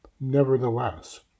nevertheless